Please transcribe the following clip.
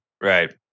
Right